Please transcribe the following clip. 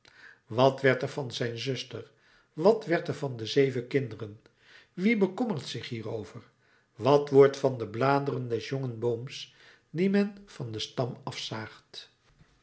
wat werd er van zijn zuster wat werd er van de zeven kinderen wie bekommert zich hierover wat wordt van de bladeren des jongen booms dien men van den stam afzaagt